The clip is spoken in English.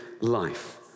life